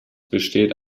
besteht